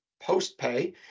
post-pay